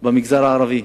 במגזר הערבי.